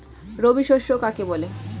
রবি শস্য কাকে বলে?